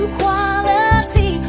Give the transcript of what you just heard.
quality